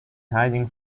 hiding